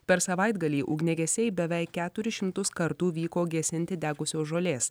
per savaitgalį ugniagesiai beveik keturis šimtus kartų vyko gesinti degusios žolės